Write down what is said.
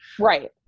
right